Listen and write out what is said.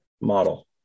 model